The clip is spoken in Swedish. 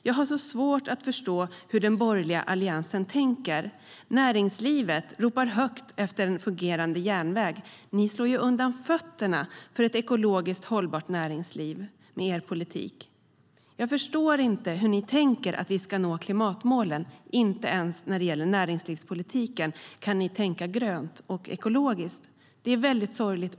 Jag har svårt att förstå hur den borgerliga alliansen tänker. Näringslivet ropar högt efter en fungerande järnväg. Ni slår undan fötterna för ett ekologiskt hållbart näringsliv med er politik. Jag förstår inte hur ni tänker att vi ska nå klimatmålen. Inte ens när det gäller näringslivspolitiken kan ni tänka grönt och ekologiskt. Det är väldigt sorgligt.